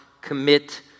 commit